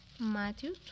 Matthew